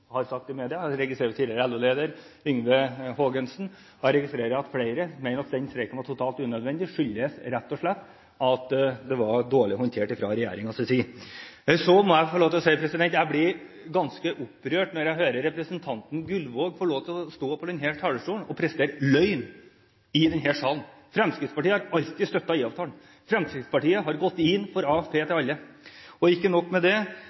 har sagt i media – og tidligere LO-leder Yngve Hågensen. Jeg registrerer at flere mener at denne streiken var totalt unødvendig – at den rett og slett skyldes at det var dårlig håndtert fra regjeringens side. Så må jeg få lov til å si: Jeg blir ganske opprørt når representanten Gullvåg får lov til å stå på talerstolen i denne salen og presentere løgn. Fremskrittspartiet har alltid støttet IA-avtalen. Fremskrittspartiet har gått inn for AFP til alle. Og ikke nok med det